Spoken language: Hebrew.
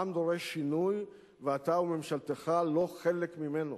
העם דורש שינוי, ואתה וממשלתך לא חלק ממנו.